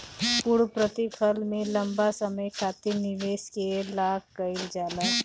पूर्णप्रतिफल में लंबा समय खातिर निवेश के लाक कईल जाला